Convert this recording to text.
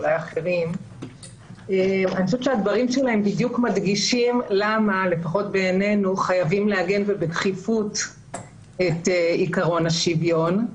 הדברים שבהם מדגישים למה חייבים לעגן בדחיפות את עקרון השוויון.